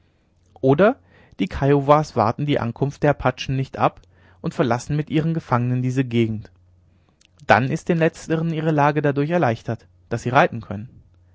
oder die kiowas warten die ankunft der apachen nicht ab und verlassen mit ihren gefangenen diese gegend dann ist den letzteren ihre lage dadurch erleichtert daß sie reiten können